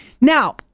Now